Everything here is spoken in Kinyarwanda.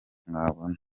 mwabona